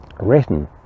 written